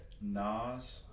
Nas